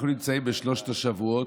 אנחנו נמצאים בשלושת השבועות,